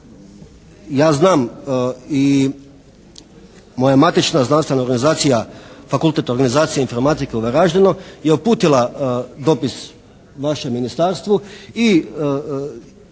Ja znam i moja matična znanstvena organizacija, Fakultet organizacije informatike u Varaždinu je uputila dopis našem Ministarstvu i